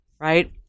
right